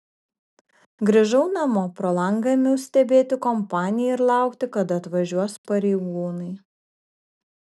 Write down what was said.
grįžau namo pro langą ėmiau stebėti kompaniją ir laukti kada atvažiuos pareigūnai